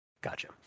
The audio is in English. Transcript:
Gotcha